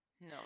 No